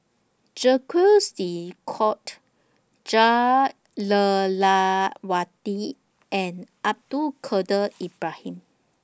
Jacques De Coutre Jah Lelawati and Abdul Kadir Ibrahim